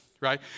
Right